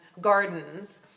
gardens